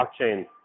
blockchain